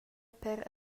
per